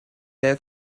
let